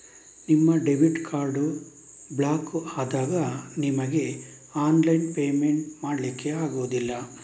ನಿಮ್ಮ debit card block ಆದಾಗ ನಿಮಿಗೆ ಆನ್ಲೈನ್ ಪೇಮೆಂಟ್ ಮಾಡ್ಲಿಕ್ಕೆ ಆಗುದಿಲ್ಲ